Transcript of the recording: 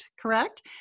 correct